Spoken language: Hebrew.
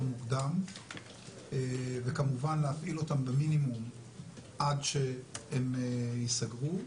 מוקדם וכמובן להפעיל אותן במינימום עד שהן יסגרו.